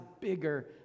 bigger